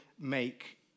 make